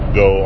go